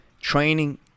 training